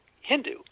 Hindu